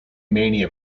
mania